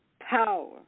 power